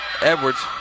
Edwards